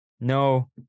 No